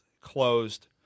Closed